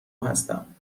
هستم